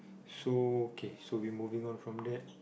so K so we moving on from that